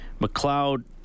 McLeod